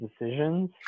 decisions